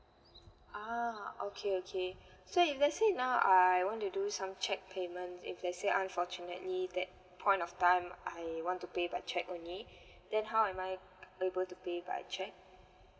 ah okay okay so if let's say now I want to do some check payments if let's say unfortunately that point of time I want to pay by check only then how am I able to pay by check